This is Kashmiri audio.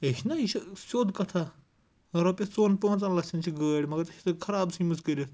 اے یہِ چھِنہ یہِ چھِ سیوٚد کَتھ رۄپیَس ژوٚن پانٛژَن لَچھَن چھِ گٲڑۍ مگر ژےٚ چَتھ یہِ خراب ژھنۍ مٕژ کٔرِتھ